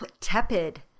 tepid